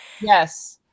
Yes